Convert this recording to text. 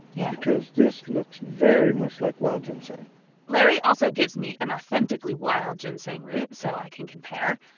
yeah. because this looks very much like wild ginseng larry also gives me an authentically wild ginseng root so i can compare.